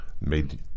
made